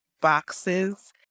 boxes